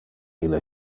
ille